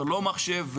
לא מחשב,